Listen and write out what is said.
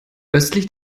östlich